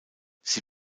sie